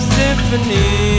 symphony